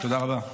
תודה רבה.